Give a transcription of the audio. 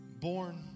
Born